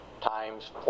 times